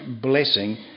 blessing